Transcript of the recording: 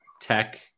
tech